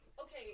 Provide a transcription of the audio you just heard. okay